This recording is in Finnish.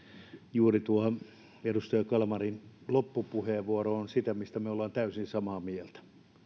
juuri tuo edustaja kalmarin loppupuheenvuoro on sitä mistä me me olemme täysin samaa mieltä